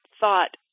thought